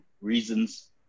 reasons